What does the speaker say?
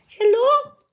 Hello